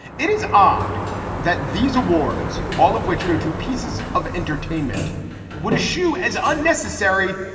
it is odd that these awards all of which go to pieces of entertainment would issue as unnecessary.